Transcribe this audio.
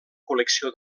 col·lecció